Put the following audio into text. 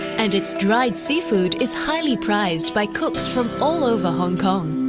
and its dried seafood is highly prized by cooks from all over hong kong.